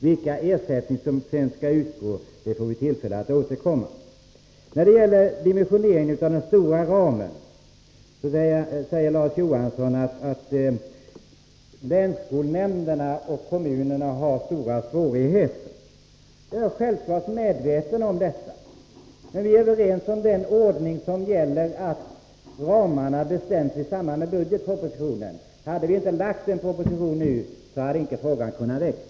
Vilken ersättning som sedan skall utgå får vi tillfälle att återkomma till. När det gäller dimensioneringen av den stora ramen säger Larz Johansson att länsskolnämnderna och kommunerna har stora svårigheter. Jag är självklart medveten om detta. Men vi är överens om den ordning som gäller, nämligen att ramarna bestäms i samband med budgetpropositionen. Hade vi inte lagt fram en proposition nu, hade inte frågan kunnat väckas.